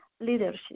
leadership